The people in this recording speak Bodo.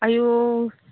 आयु